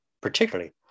particularly